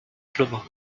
schlimmer